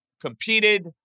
competed